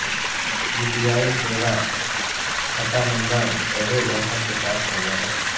UPI सेवा खता नंबर सभे गाहक के पास होबो हइ